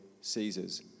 Caesar's